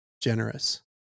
generous